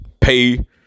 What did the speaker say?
pay